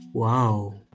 Wow